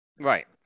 Right